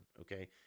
okay